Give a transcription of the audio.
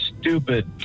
stupid